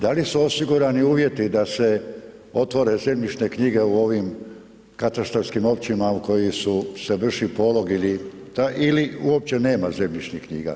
Da li su osigurani uvjeti da se otvore zemljišne knjige u ovim katastarskim općinama u kojima se vrši polog ili uopće nema zemljišnih knjiga?